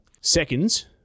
seconds